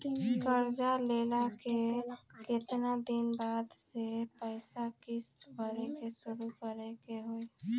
कर्जा लेला के केतना दिन बाद से पैसा किश्त भरे के शुरू करे के होई?